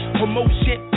promotion